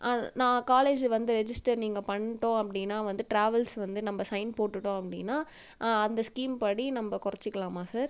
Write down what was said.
ஆ நான் காலேஜ் வந்து ரெஜிஸ்டர் நீங்கள் பண்ணிடோம் அப்படின்னா வந்து ட்ராவல்ஸ் வந்து நம்ப சைன் போட்டுட்டோம் அப்படின்னா அந்த ஸ்கீம் படி நம்ப குறச்சிக்கலாமா சார்